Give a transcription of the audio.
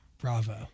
Bravo